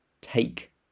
take